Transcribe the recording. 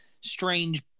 strange